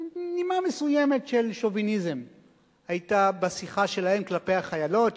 נימה מסוימת של שוביניזם היתה בשיחה שלהם כלפי החיילות,